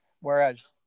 whereas